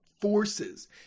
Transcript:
forces